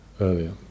earlier